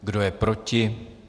Kdo je proti?